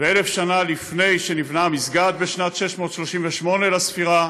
ו-1,000 שנה לפני שנבנה המסגד, בשנת 638 לספירה,